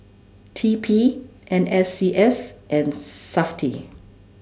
T P N S C S and Safti